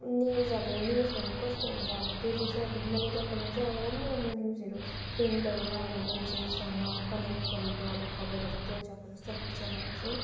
news अब news भनेको कस्तो हुन्छ अब त्यसले चाहिँ अब हिमालय दर्पणले चाहिँ अब राम्रो राम्रो न्युजहरू प्रिन्ट गरेर अब मान्छेसँग कनेक्ट गरेको अब खबरहरू पहुँचाएको जस्तो लाग्छ मलाई चाहिँ